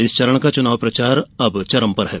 इस चरण का चुनाव प्रचार अब चरम पर है